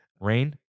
Rain